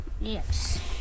Yes